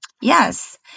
yes